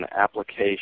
application